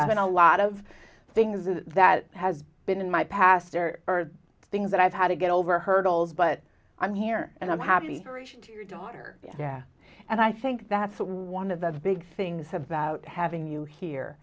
been a lot of things that has been in my past there are things that i've had to get over hurdles but i'm here and i'm happy to your daughter yeah and i think that's one of the big things about having you here